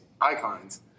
icons